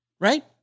right